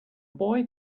boy